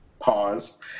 Pause